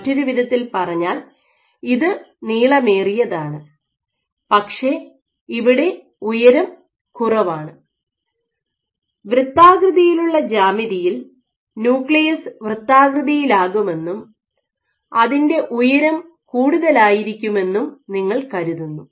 മറ്റൊരു വിധത്തിൽ പറഞ്ഞാൽ ഇത് നീളമേറിയതാണ് പക്ഷേ ഇവിടെ ഉയരം കുറവാണ് വൃത്താകൃതിയിലുള്ള ജ്യാമിതിയിൽ ന്യൂക്ലിയസ് വൃത്താകൃതിയിലാകുമെന്നും അതിൻ്റെ ഉയരം കൂടുതലായിരിക്കുമെന്നും നിങ്ങൾ കരുതുന്നു